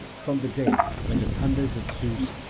from the day when the thunders of zeus,